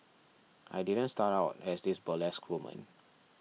I didn't start out as this burlesque woman